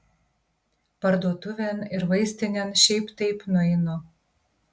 parduotuvėn ir vaistinėn šiaip taip nueinu